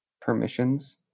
Permissions